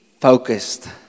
focused